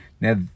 now